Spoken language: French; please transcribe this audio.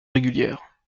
régulière